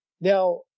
now